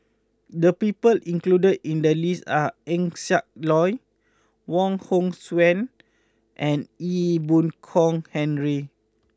the people included in the list are Eng Siak Loy Wong Hong Suen and Ee Boon Kong Henry